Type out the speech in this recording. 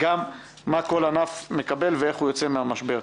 גם מה כל ענף מקבל ואיך הוא יוצא מהמשבר.